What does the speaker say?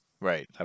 Right